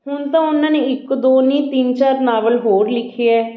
ਹੁਣ ਤਾਂ ਉਹਨਾਂ ਨੇ ਇੱਕ ਦੋ ਨਹੀਂ ਤਿੰਨ ਚਾਰ ਨਾਵਲ ਹੋਰ ਲਿਖੇ ਹੈ